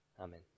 Amen